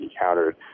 encountered